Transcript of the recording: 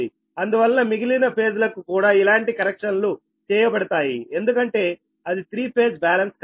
అందువల్ల మిగిలిన ఫేజ్ లకు కూడా ఇలాంటి కనెక్షన్లు చేయబడతాయి ఎందుకంటే అది త్రీ ఫేజ్ బ్యాలన్స్ కాబట్టి